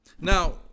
Now